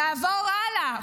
נעבור הלאה,